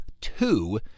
two